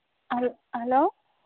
ᱦᱮᱞ hello